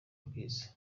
rwiza